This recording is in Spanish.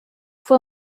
fue